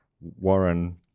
Warren